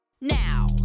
now